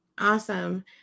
Awesome